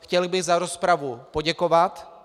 Chtěl bych za rozpravu poděkovat.